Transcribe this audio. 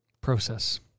process